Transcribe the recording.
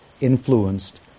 influenced